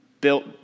built